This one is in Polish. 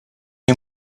nie